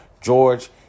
George